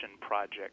project